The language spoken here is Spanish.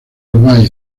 dubái